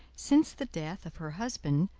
since the death of her husband,